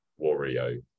Wario